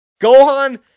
Gohan